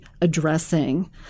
addressing